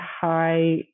high